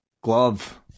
glove